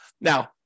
Now